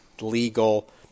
legal